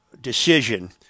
decision